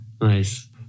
Nice